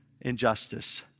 injustice